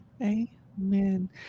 Amen